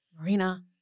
Marina